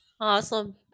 Awesome